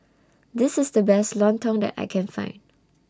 This IS The Best Lontong that I Can Find